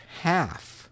half